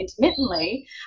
intermittently